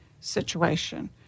situation